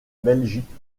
belgique